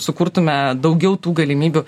sukurtume daugiau tų galimybių